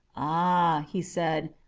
ah, he said,